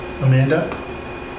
Amanda